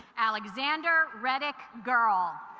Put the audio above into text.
alexander redick girl